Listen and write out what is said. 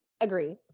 Agree